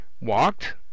Walked